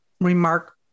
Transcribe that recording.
remark